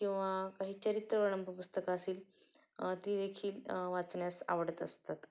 किंवा काही चरित्र वर्णनपर पुस्तकं असेल ती देखील वाचण्यास आवडत असतात